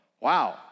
wow